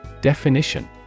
Definition